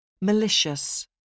Malicious